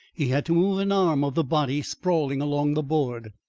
he had to move an arm of the body sprawling along the board.